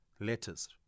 letters